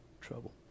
trouble